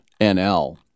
NL